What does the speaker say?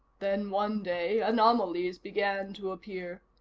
then, one day, anomalies began to appear.